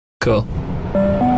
Cool